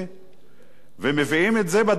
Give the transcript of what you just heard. ומביאים את זה בדקה התשעים לפני